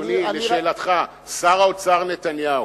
שר האוצר נתניהו,